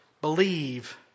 Believe